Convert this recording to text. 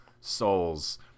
souls